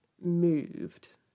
moved